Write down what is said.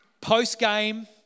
post-game